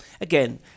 Again